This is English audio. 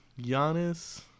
Giannis